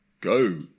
go